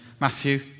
Matthew